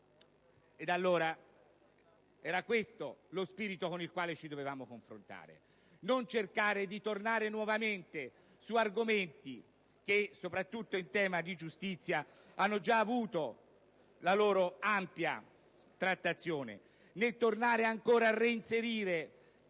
Ed allora, era questo lo spirito con il quale ci dovevamo confrontare: non cercare di tornare nuovamente su argomenti che, soprattutto in tema di giustizia, hanno già avuto la loro ampia trattazione, né tornare ancora a reinserire